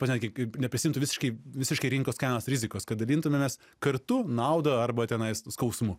netgi kaip neprisiimtų visiškai visiškai rinkos kainos rizikos kad dalintumėmės kartu nauda arba tenais skausmu